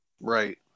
Right